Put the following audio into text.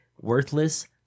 worthless